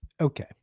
okay